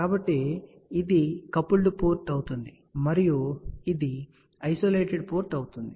కాబట్టి ఇది coupled port అవుతుంది మరియు ఇది ఐసోలేటెడ్ పోర్ట్ అవుతుంది